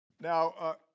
Now